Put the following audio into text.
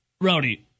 Rowdy